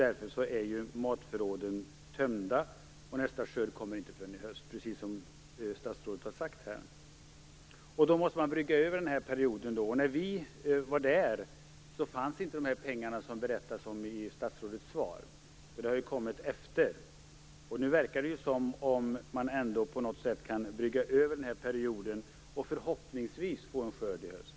Därför är matförråden tömda, och nästa skörd kommer, som statsrådet har sagt, inte förrän i höst. Man måste brygga över läget under perioden fram till dess. När vi var i Nordkorea fanns inte de pengar som det nu berättas om i statsrådets svar, utan de har tillkommit därefter. Det verkar nu som om man på något sätt kommer att kunna brygga över läget under den här perioden och förhoppningsvis få en skörd i höst.